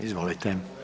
Izvolite.